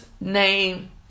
Name